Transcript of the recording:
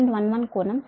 11 కోణం 72